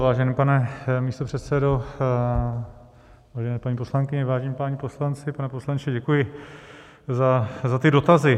Vážený pane místopředsedo, vážené paní poslankyně, vážení páni poslanci, pane poslanče, děkuji za ty dotazy.